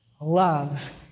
Love